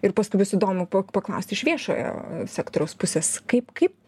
ir paskui bus įdomu po paklaust iš viešojo sektoriaus pusės kaip kaip